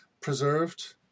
preserved